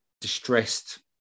distressed